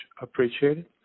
appreciated